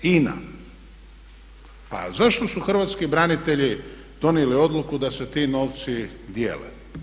INA, pa zašto su Hrvatski branitelji donijeli odluku da se ti novci dijele?